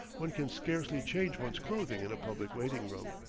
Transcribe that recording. one can scarcely change one's clothing in a public waiting-room.